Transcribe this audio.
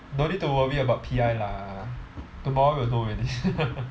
don't need to worry about P_I lah tomorrow will know already